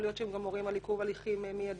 להיות שהם גם מורים על עיכוב הליכים מידי,